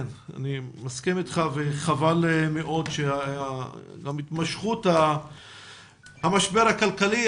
אני מסכים איתך וחבל מאוד שגם התמשכות המשבר הכלכלי,